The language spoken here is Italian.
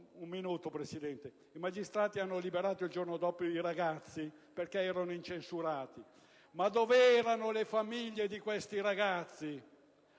I magistrati hanno liberato i ragazzi il giorno dopo il fermo perché erano incensurati. Ma dov'erano le famiglie di questi ragazzi?